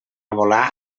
volar